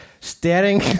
staring